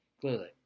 clearly